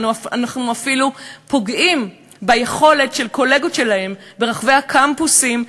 אנחנו אפילו פוגעים ביכולת של קולגות שלהם ברחבי הקמפוסים,